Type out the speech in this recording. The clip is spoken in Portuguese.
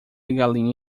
galinha